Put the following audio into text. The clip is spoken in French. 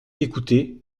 écouté